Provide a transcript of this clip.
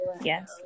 Yes